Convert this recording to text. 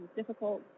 difficult